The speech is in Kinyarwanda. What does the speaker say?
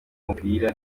umupira